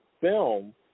film